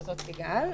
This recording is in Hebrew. זאת סיגל,